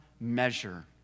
measure